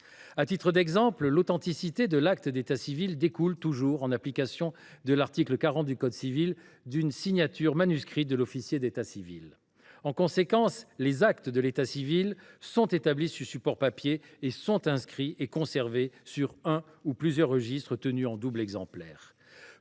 À titre d’exemple, l’authenticité de l’acte d’état civil découle toujours, en application de l’article 40 du code civil, d’une signature manuscrite de l’officier de l’état civil. En conséquence, les actes d’état civil sont établis sur support papier. Ils sont inscrits et conservés sur un ou plusieurs registres tenus en double exemplaire.